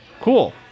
Cool